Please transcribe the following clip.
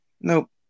nope